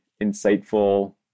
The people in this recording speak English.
insightful